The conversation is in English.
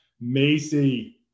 Macy